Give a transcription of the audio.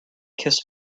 kiss